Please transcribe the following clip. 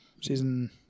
Season